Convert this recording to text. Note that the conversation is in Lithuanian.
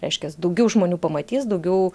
reiškias daugiau žmonių pamatys daugiau